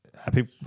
Happy